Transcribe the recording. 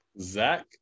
Zach